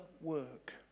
work